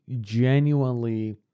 genuinely